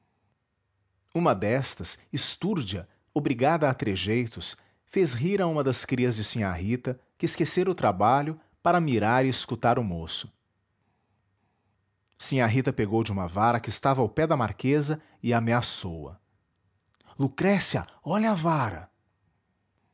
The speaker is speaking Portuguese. uma destas estúrdia obrigada a trejeitos fez rir a uma das crias de sinhá rita que esquecera o trabalho para mirar e escutar o moço sinhá rita pegou de uma vara que estava ao pé da marquesa e ameaçou a lucrécia olha a vara